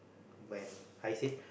when I said